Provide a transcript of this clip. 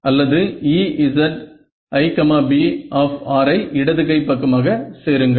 அல்லது EziB ஐ இடது கை பக்கமாக சேருங்கள்